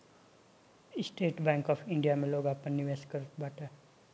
estate Bank of India में लोग आपन निवेश करत बाटे